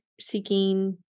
seeking